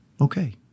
Okay